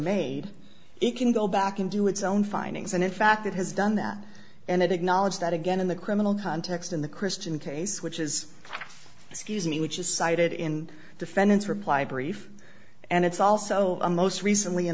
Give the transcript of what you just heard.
made it can go back and do its own findings and in fact it has done that and it acknowledged that again in the criminal context in the christian case which is excuse me which is cited in defendant's reply brief and it's also a most recently in